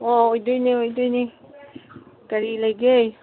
ꯑꯣ ꯑꯣꯏꯗꯣꯏꯅꯦ ꯑꯣꯏꯗꯣꯏꯅꯦ ꯀꯔꯤ ꯂꯩꯒꯦ